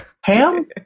Ham